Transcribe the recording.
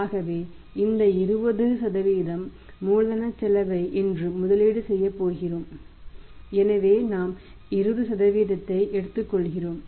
ஆகவே இந்த 20 மூலதனச் செலவை என்று முதலீடு செய்யப்போகிறோம் எனவே நாம் 20 ஐ எடுத்துக்கொள்கிறோம்